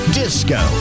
disco